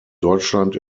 deutschland